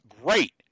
Great